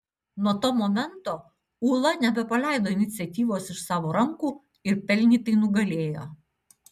nuo to momento ūla nebepaleido iniciatyvos iš savo rankų ir pelnytai nugalėjo